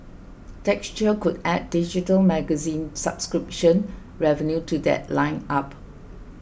texture could add digital magazine subscription revenue to that lineup